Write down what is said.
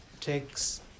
takes